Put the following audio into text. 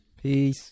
Peace